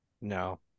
No